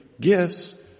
gifts